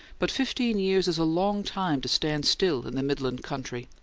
but fifteen years is a long time to stand still in the midland country,